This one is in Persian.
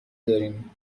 داریم